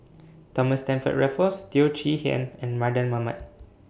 Thomas Stamford Raffles Teo Chee Hean and Mardan Mamat